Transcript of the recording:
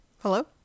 hello